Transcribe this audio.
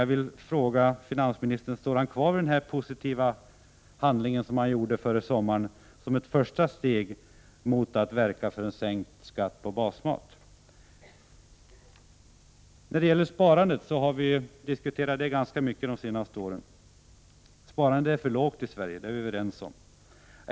Jag vill fråga finansministern: Står finansministern kvar vid sin positiva handling före sommaren som ett första steg mot att verka för en sänkt skatt på basmat? Sparandet har diskuterats ganska mycket de senaste åren. Sparandet är för lågt i Sverige — det är vi överens om.